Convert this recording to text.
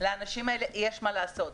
לאנשים האלה יש מה לעשות,